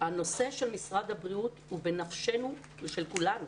שהנושא של משרד הבריאות הוא בנפשנו, הוא של כולנו.